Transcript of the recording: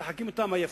משחקים אותה מה יפית.